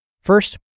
First